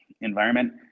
environment